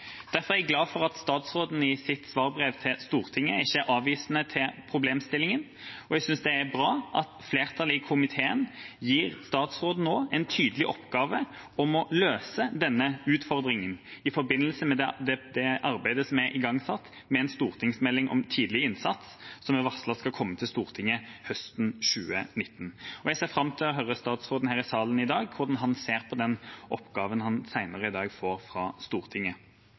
Derfor er jeg glad for at statsråden i sitt svarbrev til Stortinget ikke er avvisende til problemstillingen, og jeg synes det er bra at flertallet i komiteen nå gir statsråden en tydelig oppgave med å løse denne utfordringen i forbindelse med arbeidet som er igangsatt med en stortingsmelding om tidlig innsats, som er varslet å komme til Stortinget høsten 2019. Jeg ser fram til å høre fra statsråden her i salen i dag hvordan han ser på den oppgaven han senere i dag får fra Stortinget.